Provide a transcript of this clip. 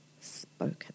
spoken